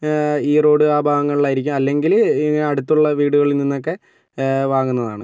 ഈറോഡ് ആ ഭാഗങ്ങളിലായിരുക്കും അല്ലെങ്കിൽ ഈ അടുത്തുള്ള വീടുകളിൽ നിന്നൊക്കെ വാങ്ങുന്നതാണ്